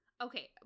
Okay